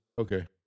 Okay